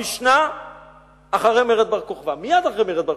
המשנה אחרי מרד בר-כוכבא,